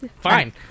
Fine